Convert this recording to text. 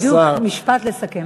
יש לך בדיוק משפט לסכם.